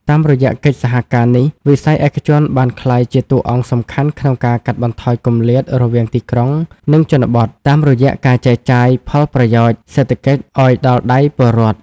តាមរយៈកិច្ចសហការនេះ វិស័យឯកជនបានក្លាយជាតួអង្គសំខាន់ក្នុងការកាត់បន្ថយគម្លាតរវាងទីក្រុង និងជនបទ តាមរយៈការចែកចាយផលប្រយោជន៍សេដ្ឋកិច្ចឱ្យដល់ដៃពលរដ្ឋ។